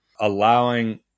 allowing